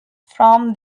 from